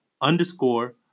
underscore